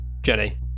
Jenny